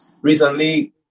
Recently